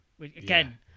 again